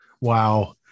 Wow